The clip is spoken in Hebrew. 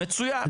מצוין,